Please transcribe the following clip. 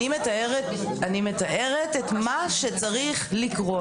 אני מתארת את מה שצריך לקרות.